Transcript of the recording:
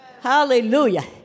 Hallelujah